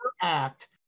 act